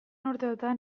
urteotan